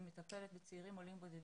היא מטפלת בצעירים עולים בודדים,